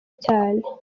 cyane